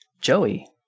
Joey